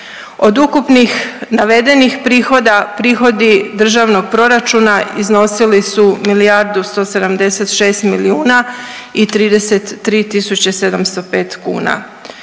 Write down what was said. Od ukupnih navedenih prihoda, prihodi državnog proračuna iznosili su milijardu